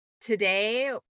Today